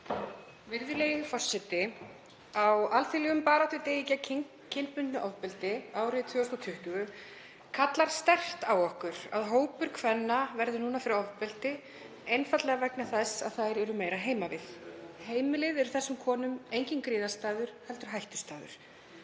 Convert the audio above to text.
Virðulegi forseti. Á alþjóðlegum baráttudegi gegn kynbundnu ofbeldi árið 2020 kallar sterkt á okkur að hópur kvenna verður nú fyrir ofbeldi einfaldlega vegna þess að þær eru meira heima við. Heimilið er þessum konum enginn griðastaður heldur hættustaður.